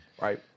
Right